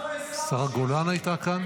השרה גולן הייתה כאן.